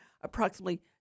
approximately